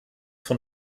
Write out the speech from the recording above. von